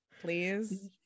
please